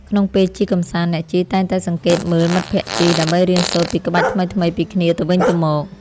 ក្នុងពេលជិះកម្សាន្ត អ្នកជិះតែងតែសង្កេតមើលមិត្តភក្ដិជិះ ដើម្បីរៀនសូត្រពីក្បាច់ថ្មីៗពីគ្នាទៅវិញទៅមក។